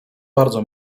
bardzo